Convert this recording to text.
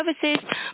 services